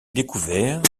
découverts